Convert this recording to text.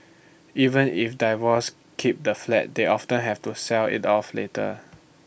even if divorces keep the flat they often have to sell IT off later